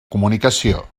comunicació